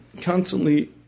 constantly